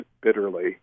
bitterly